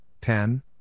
pen